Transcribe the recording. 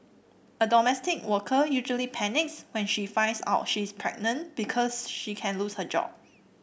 a domestic worker usually panics when she finds out she is pregnant because she can lose her job